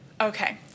Okay